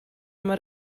mor